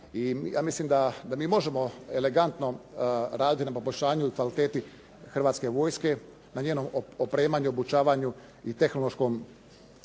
i ja mislim da mi možemo elegantno raditi na poboljšanju i kvaliteti Hrvatske vojske, na njenom opremanju, obučavanju i tehnološkom